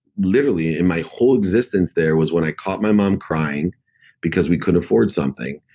literally, in my whole existence there, was when i caught my mom crying because we couldn't afford something,